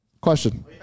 question